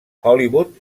hollywood